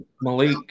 Malik